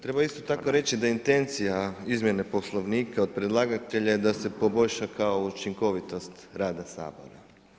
Treba isto tako reći da intencija izmjene Poslovnika od predlagatelja je da se poboljša kao učinkovitost rada Sabora.